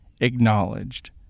acknowledged